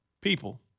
People